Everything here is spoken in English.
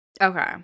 Okay